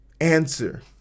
answer